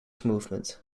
movement